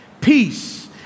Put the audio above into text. Peace